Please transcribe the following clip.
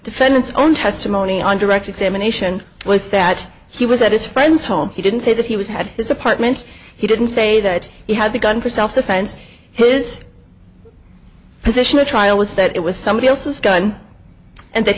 defendant's own testimony on direct examination was that he was at his friend's home he didn't say that he was had his apartment he didn't say that he had the gun for self defense his position at trial was that it was somebody else's gun and that